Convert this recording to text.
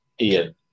Ian